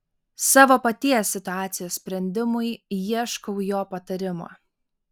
savo paties situacijos sprendimui ieškau jo patarimo